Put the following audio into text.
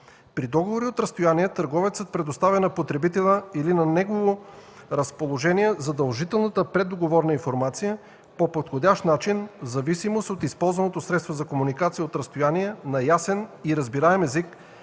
При договори от разстояние търговецът предоставя на потребителя или на негово разположение задължителната преддоговорна информация по подходящ начин, в зависимост от използваното средство за комуникация от разстояние на ясен и разбираем език,